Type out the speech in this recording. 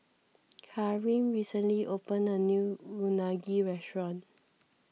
Kareem recently opened a new Unagi restaurant